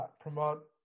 promote